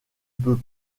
peut